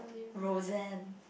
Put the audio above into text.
Rosanne